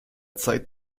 zeit